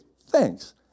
thanks